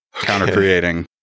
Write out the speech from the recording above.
counter-creating